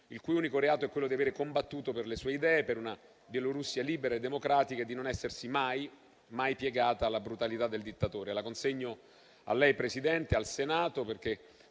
il cui unico reato è quello di avere combattuto per le sue idee, per una Bielorussia libera e democratica, e di non essersi mai piegata alla brutalità del dittatore. Consegno tale richiesta a lei, signor